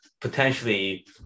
potentially